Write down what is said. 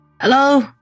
hello